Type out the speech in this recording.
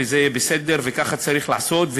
וזה בסדר וככה צריך לעשות,